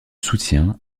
soutien